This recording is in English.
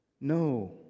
No